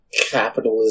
capitalism